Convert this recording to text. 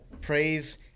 Praise